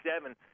seven